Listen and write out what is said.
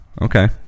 Okay